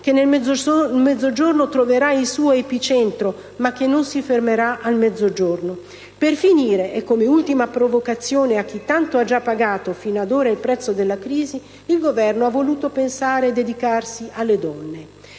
che nel Mezzogiorno troverà il suo epicentro, ma che non si fermerà al Mezzogiorno. Per finire, e come ultima provocazione a chi tanto ha già pagato fino ad ora il prezzo della crisi, il Governo ha voluto pensare e dedicarsi alle donne.